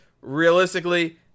realistically